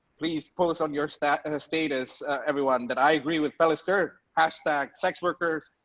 please post on your status and status everyone that i agree with phelister, hashtag sexworkersdoitbetter.